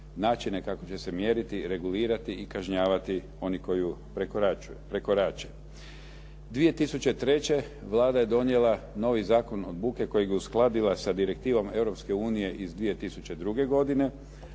načine kako će se mjeriti, regulirati i kažnjavati oni koji je prekorače. 2003. Vlada je donijela novi Zakon od buke kojeg je uskladila sa Direktivom Europske unije iz 2002. godine,